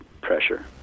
pressure